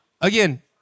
again